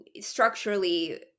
structurally